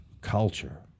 culture